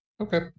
Okay